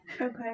Okay